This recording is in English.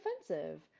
offensive